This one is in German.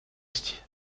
ist